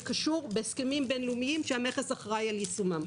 קשור בהסכמים בין-לאומיים שהמכס אחראי על יישומם.